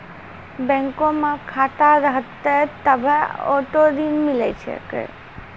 बैंको मे खाता रहतै तभ्भे आटो ऋण मिले सकै